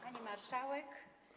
Pani Marszałek!